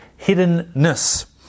hiddenness